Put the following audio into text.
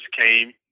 came